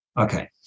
Okay